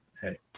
hey